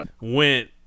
went